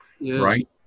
Right